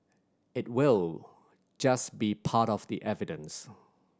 it will just be part of the evidence